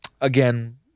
Again